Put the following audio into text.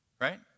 right